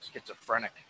schizophrenic